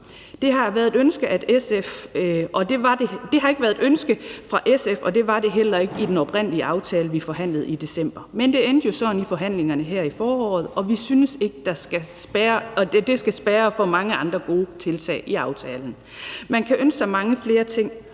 ikke har været et ønske fra SF, og det var det heller ikke i den oprindelige aftale, vi forhandlede i december, men det endte jo sådan i forhandlingerne her i foråret, og vi synes ikke, at det skal spærre for mange andre gode tiltag i aftalen. Man kan ønske sig mange flere ting